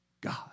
God